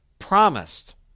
promised